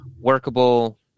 workable